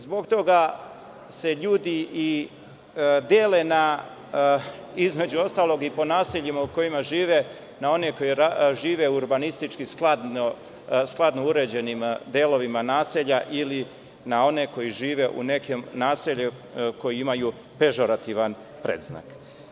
Zbog toga se ljudi i dele, između ostalog, po naseljima u kojima žive, na one koji žive u urbanistički skladno uređenim delovima naselja ili na one koji žive u naseljima koja imaju pežorativni predznak.